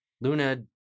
Luna